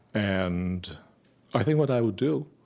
and i think what i would do